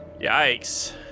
Yikes